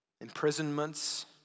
imprisonments